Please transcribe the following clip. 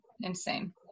Insane